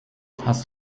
hast